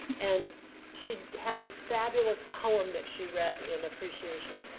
and she had this fabulous poem that she read in appreciation.